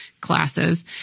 classes